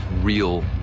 real